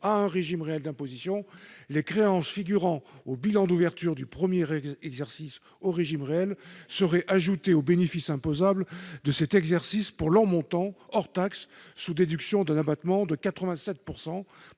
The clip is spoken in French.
à un régime réel d'imposition, les créances figurant au bilan d'ouverture du premier exercice au régime réel seraient ajoutées au bénéfice imposable de cet exercice pour leur montant hors taxes sous déduction d'un abattement de 87